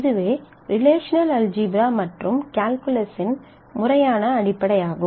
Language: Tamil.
இதுவே ரிலேஷனல் அல்ஜீப்ரா மற்றும் கால்குலசின் முறையான அடிப்படையாகும்